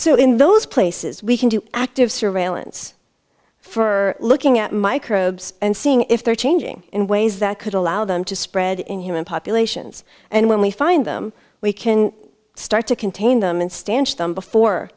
so in those places we can do active surveillance for looking at microbes and seeing if they're changing in ways that could allow them to spread in human populations and when we find them we can start to contain them and stanch them before